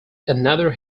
another